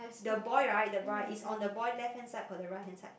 the boy right the bright is on the boy left hand side or the right hand side